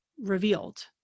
revealed